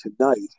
tonight